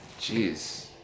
jeez